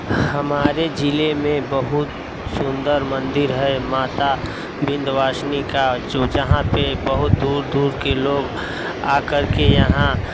हमारे ज़िले में बहुत सुन्दर मंदिर है माता विंध्यवासिनी का जो जहाँ पर बहुत दूर दूर के लोग आ कर के यहाँ